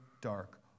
dark